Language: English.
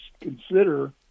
consider